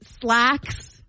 slacks